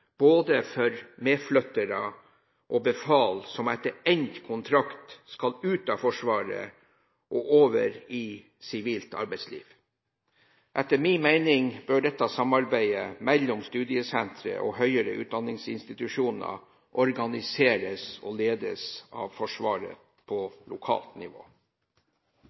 både medflyttere og befal, som etter endt kontrakt skal ut av Forsvaret og over i sivilt arbeidsliv. Etter min mening bør dette samarbeidet mellom studiesenteret og høyere utdanningsinstitusjoner organiseres og ledes av Forsvaret på lokalt nivå.